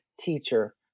teacher